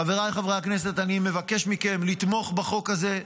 חבריי חברי הכנסת, אני מבקש מכם לתמוך בחוק הזה.